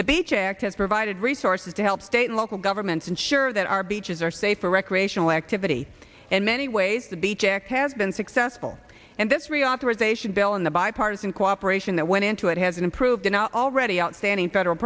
the beach act has provided resources to help state and local governments ensure that our beaches are safe for recreational activity and many ways to be checked has been successful and this reauthorization bill in the bipartisan cooperation that went into it has improved enough already outstanding federal